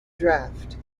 draft